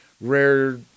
rare